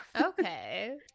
Okay